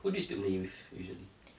who do you speak with usually